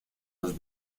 los